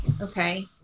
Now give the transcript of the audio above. Okay